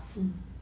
mm